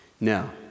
Now